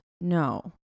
No